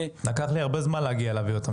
לקח לי הרבה זמן להגיע להבין אותם.